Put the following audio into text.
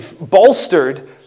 bolstered